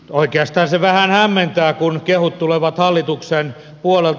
oikeastaan se vähän hämmentää kun kehut tulevat hallituksen puolelta